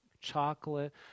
chocolate